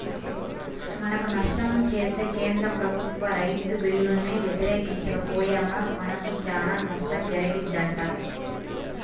మనకు నష్టం చేసే కేంద్ర ప్రభుత్వ రైతు బిల్లుల్ని వ్యతిరేకించక పొయ్యామా మనకు చానా నష్టం జరిగిద్దంట